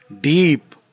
Deep